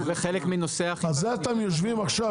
על זה אתם יושבים עכשיו,